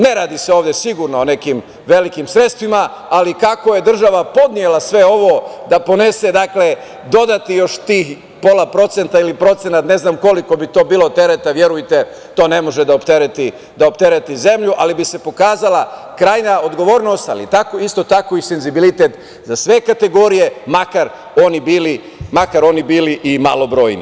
Ne radi se ovde sigurno o nekim velikim sredstvima, ali kako je država podnela sve ovo da podnese dodatnih pola procenta ili procenat, ne znam koliko bi to bilo tereta, verujte, to ne može da optereti zemlju, ali bi se pokazala krajnja odgovornost, ali isto tako i senzibilitet za sve kategorije, makar oni bili i malobrojni.